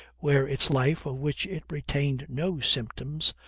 where its life, of which it retained no symptoms,